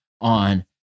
on